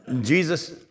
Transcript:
Jesus